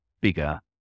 bigger